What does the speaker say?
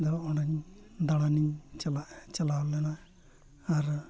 ᱫᱚ ᱚᱸᱰᱮ ᱫᱟᱬᱟᱱᱤᱧ ᱪᱟᱞᱟᱜ ᱪᱟᱞᱟᱣ ᱞᱮᱱᱟ ᱟᱨ